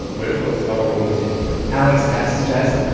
mariupol's our own city alex taps his chest,